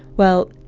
well,